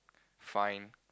fine